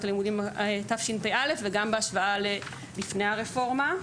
הלימודים תשפ"א וגם בהשוואה של לפני הרפורמה.